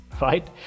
right